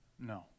no